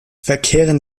verkehren